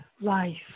life